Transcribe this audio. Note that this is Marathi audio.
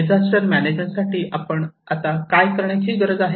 डिझास्टर मॅनेजमेंट साठी आपण काय करण्याची गरज आहे